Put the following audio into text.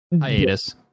hiatus